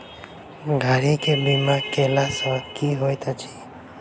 गाड़ी केँ बीमा कैला सँ की होइत अछि?